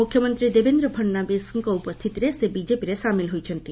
ମୁଖ୍ୟମନ୍ତ୍ରୀ ଦେବେନ୍ଦ୍ର ଫଡନାବିସ୍ଙ୍କ ଉପସ୍ଥିତିରେ ସେ ବିଜେପିରେ ସାମିଲ ହୋଇଛନ୍ତି